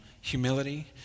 humility